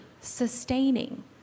sustaining